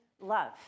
love